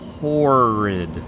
horrid